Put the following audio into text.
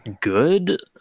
good